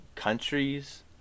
countries